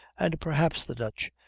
and perhaps the dutch,